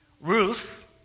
Ruth